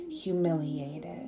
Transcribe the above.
humiliated